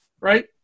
right